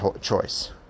choice